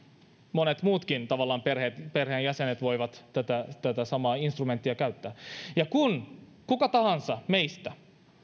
monet muutkin perheenjäsenet voivat tätä tätä samaa instrumenttia käyttää eli kun kuka tahansa meistä